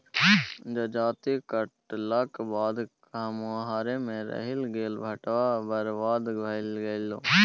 जजाति काटलाक बाद खम्हारे मे रहि गेल सभटा बरबाद भए गेलै